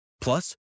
Plus